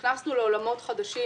נכנסנו לעולמות חדשים,